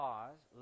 Pause